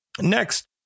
Next